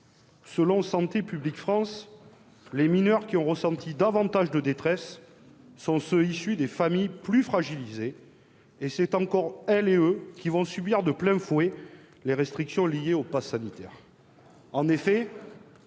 Selon Santé publique France, les mineurs qui ont ressenti davantage de détresse sont ceux qui sont issus des familles plus fragilisées. Ce sont encore eux qui vont subir de plein fouet les restrictions liées au passe sanitaire.